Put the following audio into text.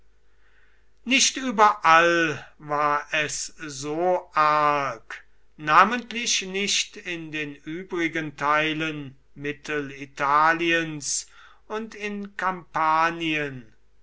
nicht überall war es so arg namentlich nicht in den übrigen teilen mittelitaliens und in kampanien